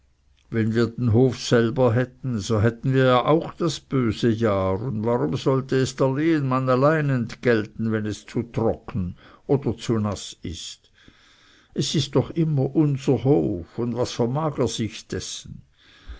wenn wir den hof selber hätten so hätten wir ja auch das böse jahr und warum sollte es der lehenmann allein entgelten wenn es zu trocken oder zu naß ist es ist doch immer unser hof und was vermag er sich dessen